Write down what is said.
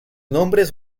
nombres